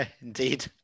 Indeed